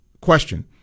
question